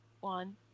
one